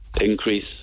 Increase